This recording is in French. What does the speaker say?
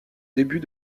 début